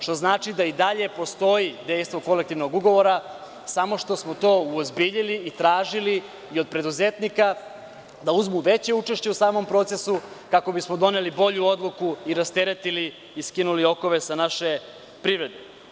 Što znači da i dalje postoji dejstvo kolektivnog ugovora, samo što smo to uozbiljili i tražili i od preduzetnika da uzmu veće učešće u samom procesu, kako bismo doneli bolju odluku i rasteretili i skinuli okove sa naše privrede.